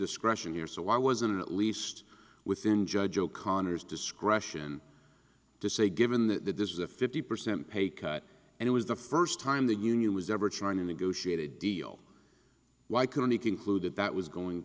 discretion here so why wasn't at least within judge o'connor's discretion to say given the there's a fifty percent pay cut and it was the first time the union was ever trying to negotiate a deal why couldn't he concluded that was going